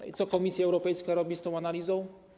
I co Komisja Europejska robi z tą analizą?